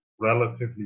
relatively